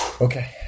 Okay